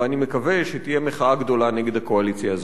ואני מקווה שתהיה מחאה גדולה נגד הקואליציה הזאת.